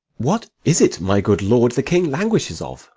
what is it, my good lord, the king languishes of